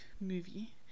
movie